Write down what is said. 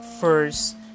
first